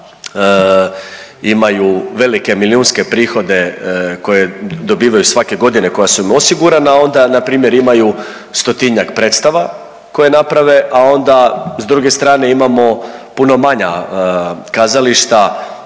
imaju velike milijunske prihode koje dobivaju svake godine koja su im osigurana onda npr. imaju stotinjak predstava koje naprave, a onda s druge strane imamo puno manja kazališta,